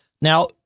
Now